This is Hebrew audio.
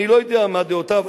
אני לא יודע מה דעותיו.